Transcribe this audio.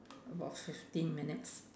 about fifteen minutes